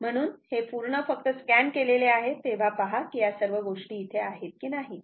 म्हणून हे पूर्ण फक्त स्कॅन केलेले आहे तेव्हा पहा की या सर्व गोष्टी इथे आहेत की नाही